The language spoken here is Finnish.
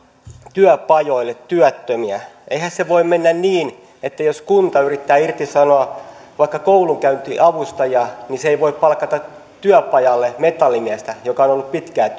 työpajoille työttömiä eihän se voi mennä niin että jos kunta yrittää irtisanoa vaikka koulunkäyntiavustajan niin se ei voi palkata työpajalle metallimiestä joka on on ollut pitkään